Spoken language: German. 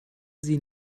sie